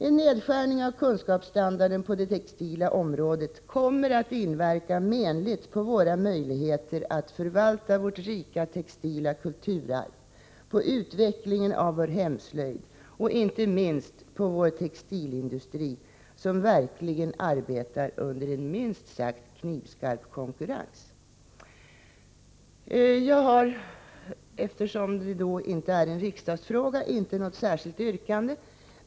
En nedskärning av kunskapsstandarden på det textila området kommer att inverka menligt på våra möjligheter att förvalta vårt rika textila kulturarv, på utvecklingen av vår hemslöjd och inte minst på vår textilindustri, som verkligen arbetar under en minst sagt knivskarp konkurrens. Eftersom detta inte är någon riksdagsfråga har jag inte något särskilt yrkande.